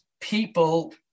people